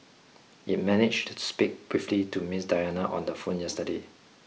it managed to speak briefly to Ms Diana on the phone yesterday